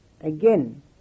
again